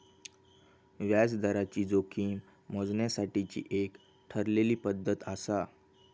व्याजदराची जोखीम मोजण्यासाठीची एक ठरलेली पद्धत आसा